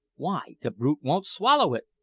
why, the brute won't swallow it!